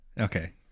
Okay